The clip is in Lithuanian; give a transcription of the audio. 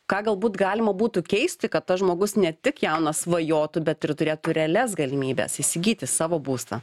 ką galbūt galima būtų keisti kad tas žmogus ne tik jaunas svajotų bet ir turėtų realias galimybes įsigyti savo būstą